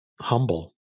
humble